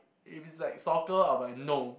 if it's like soccer I'll be like no